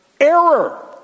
error